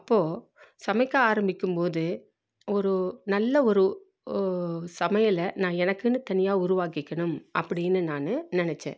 அப்போது சமைக்க ஆரம்மிக்கும் போது ஒரு நல்ல ஒரு சமையலை நான் எனக்குன்னு தனியாக உருவாக்கிக்கணும் அப்படின்னு நான் நினைச்சேன்